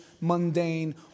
mundane